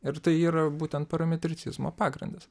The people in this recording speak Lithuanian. ir tai yra būtent parametricizmo pagrindas